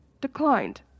declined